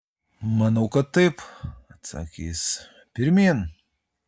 manau kad taip atsakė jis pirmyn